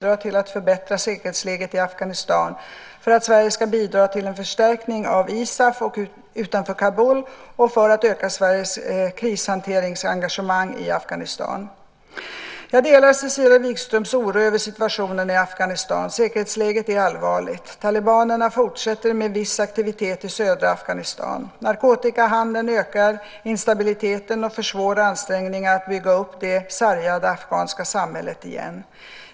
Herr talman! Cecilia Wigström har frågat mig vilka åtgärder jag avser att vidta för att Sverige ska kunna bidra till att förbättra säkerhetsläget i Afghanistan, för att Sverige ska bidra till en förstärkning av ISAF utanför Kabul och för att öka Sveriges krishanteringsengagemang i Afghanistan. Jag delar Cecilia Wigströms oro över situationen i Afghanistan. Säkerhetsläget är allvarligt. Talibanerna fortsätter med viss aktivitet i södra Afghanistan. Narkotikahandeln ökar instabiliteten och försvårar ansträngningarna att bygga upp det sargade afghanska samhället igen.